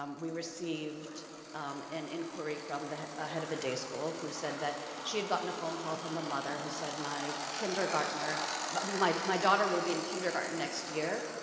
um we received an inquiry from the head of a day school who said that she had gotten a phone call from a mother who said my kindergartner but my my daughter will be in kindergarten next year.